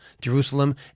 Jerusalem